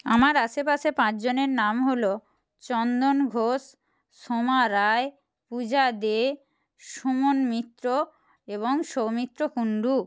আমার আশেপাশে পাঁচজনের নাম হলো চন্দন ঘোষ সোমা রায় পূজা দে সুমন মিত্র এবং সৌমিত্র কুন্ডু